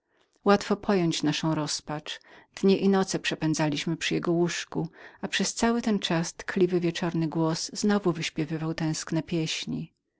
łatwo pojąć naszą rozpacz dnie i noce przepędzaliśmy przy jego łóżku a przez cały ten czas tkliwy wieczorny głos znowu wyśpiewywał tęskne pieśni